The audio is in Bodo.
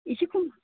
एसे खम